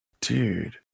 dude